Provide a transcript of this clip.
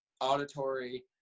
auditory